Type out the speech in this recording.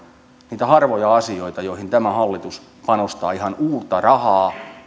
niitä harvoja asioita joihin tämä hallitus panostaa ihan uutta rahaa